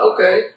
Okay